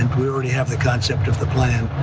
and we already have the concept of the plan,